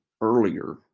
earlier